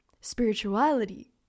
spirituality